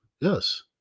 yes